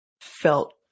felt